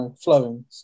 flowing